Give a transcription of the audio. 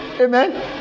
Amen